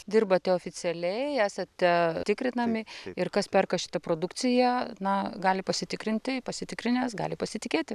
dirbate oficialiai esate tikrinami ir kas perka šitą produkciją na gali pasitikrinti pasitikrinęs gali pasitikėti